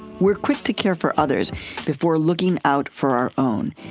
we're quick to care for others before looking out for our own.